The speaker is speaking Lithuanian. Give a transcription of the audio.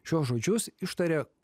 šiuos žodžius ištarė